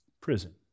prison